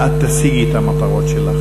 ואת תשיגי את המטרות שלך.